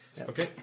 Okay